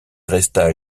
resta